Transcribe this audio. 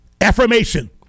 Affirmation